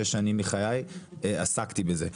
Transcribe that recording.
שש שנים מחיי עסקתי בזה.